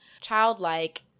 childlike